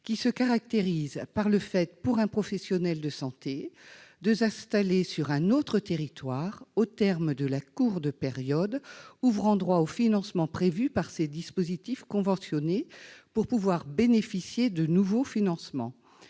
se caractérise par le fait, pour un professionnel de santé, de s'installer sur un autre territoire au terme de la courte période ouvrant droit aux financements prévus par ces dispositifs conventionnés, pour pouvoir bénéficier de nouveaux financements,